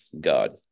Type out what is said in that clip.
God